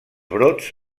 brots